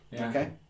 Okay